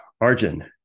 Arjun